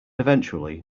eventually